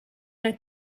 nel